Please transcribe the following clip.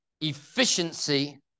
efficiency